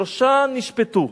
שלושה נשפטו,